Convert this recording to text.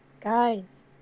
Guys